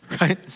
Right